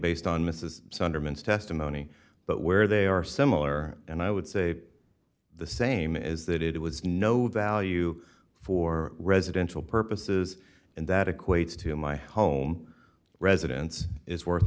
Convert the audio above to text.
sunderland's testimony but where they are similar and i would say the same is that it was no value for residential purposes and that equates to my home residence is worth